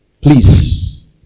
Please